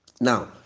Now